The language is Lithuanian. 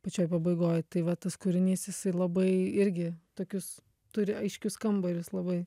pačioj pabaigoj tai va tas kūrinys jisai labai irgi tokius turi aiškius kambarius labai